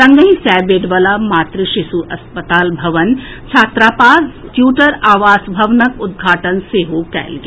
संगहि सय बेड वला मातृ शिशु अस्पताल भवन छात्रावास आ ट्यूटर आवास भवनक उद्घाटन सेहो कएल गेल